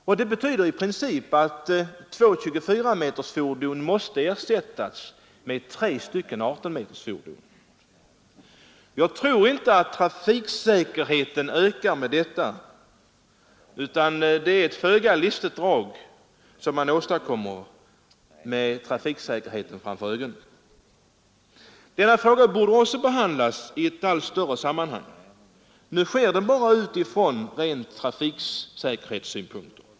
Och det betyder i princip att två 24-metersfordon måste ersättas med tre 18-metersfordon. Jag tror inte att trafiksäkerheten därigenom ökar; det är ett föga listigt drag man gör med trafiksäkerheten för ögonen. Denna fråga borde behandlas i ett större sammanhang. Nu ses den bara från trafiksäkerhetssynpunkt.